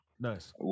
Nice